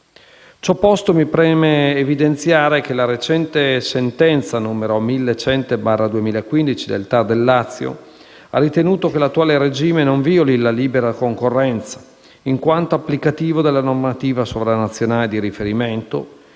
Ciò posto, mi preme evidenziare che la recente sentenza n. 1100 del 2015 del TAR Lazio ha ritenuto che l'attuale regime non violi la libera concorrenza, in quanto applicativo della normativa sovranazionale di riferimento